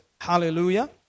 Hallelujah